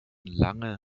lange